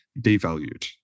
devalued